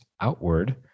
outward